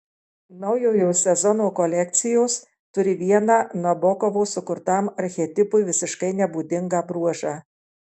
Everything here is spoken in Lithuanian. naujojo sezono kolekcijos turi vieną nabokovo sukurtam archetipui visiškai nebūdingą bruožą